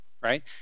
right